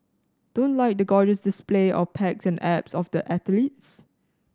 don't like the gorgeous display of pecs and abs of the athletes